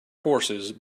horses